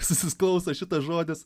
susiklauso šitas žodis